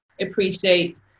appreciate